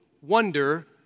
wonder